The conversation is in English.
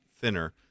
thinner